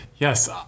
Yes